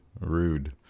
Rude